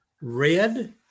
red